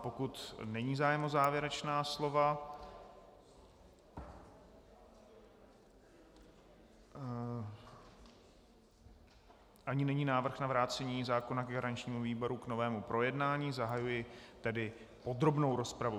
Pokud není zájem o závěrečná slova ani není návrh na vrácení zákona garančnímu výboru k novému projednání, zahajuji tedy podrobnou rozpravu.